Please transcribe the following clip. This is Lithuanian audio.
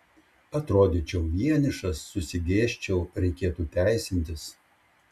atrodyčiau vienišas susigėsčiau reikėtų teisintis